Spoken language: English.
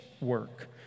work